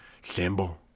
symbol